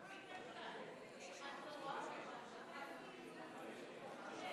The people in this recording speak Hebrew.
אדוני היושב-ראש, חברי חברי הכנסת, איתן?